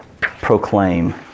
proclaim